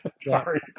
Sorry